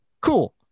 Cool